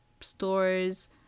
stores